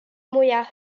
mwyaf